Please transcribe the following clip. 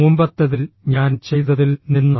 മുമ്പത്തെതിൽ ഞാൻ ചെയ്തതിൽ നിന്ന്